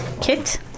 kit